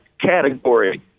category